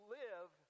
live